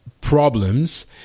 problems